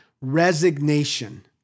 Resignation